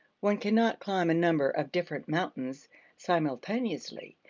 one cannot climb a number of different mountains simultaneously,